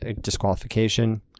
disqualification